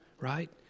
right